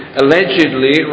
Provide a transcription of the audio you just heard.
allegedly